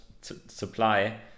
supply